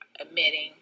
admitting